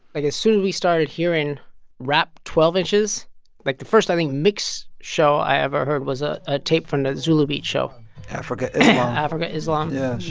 i guess, soon we started hearing rap twelve inches like, the first, i think, mix show i ever heard was a ah tape from the zulu beats show afrika islam yeah afrika islam yeah,